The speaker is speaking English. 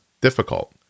difficult